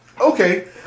Okay